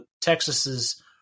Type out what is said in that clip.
Texas's